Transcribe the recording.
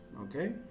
Okay